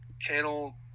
channel